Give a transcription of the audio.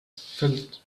filled